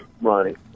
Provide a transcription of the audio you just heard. Ronnie